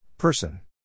Person